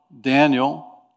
Daniel